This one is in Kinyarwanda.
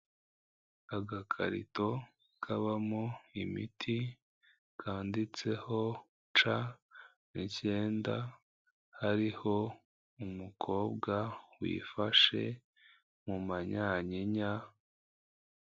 Agakarito kabamo imiti kanditseho C icyenda, hariho umukobwa wifashe mu manyanyinya.